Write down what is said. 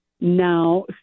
now